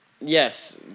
Yes